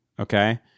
Okay